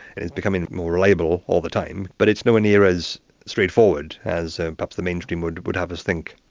and it's becoming more reliable all the time but it's nowhere near as straightforward as perhaps the mainstream would would have us think.